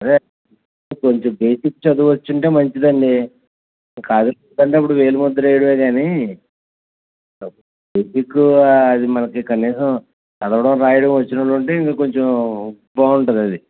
అదే కొంచెం బేసిక్ చదువు వచ్చి ఉంటే మంచిది అండి కాదంటే వేలిముద్ర వేయడం కానీ బేసిక్ మనకు కనీసం చదవడం రాయడం వచ్చిన వాళ్ళు ఉంటే కొంచెం బాగుంటుంది అది